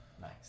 nice